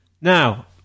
now